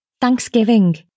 Thanksgiving